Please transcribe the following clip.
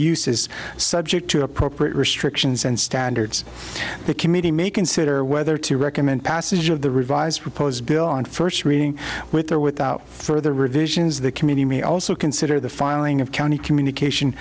is subject to appropriate restrictions and standards the committee may consider whether to recommend passage of the revised proposed bill on first reading with or without further revisions the community may also consider the filing of county communication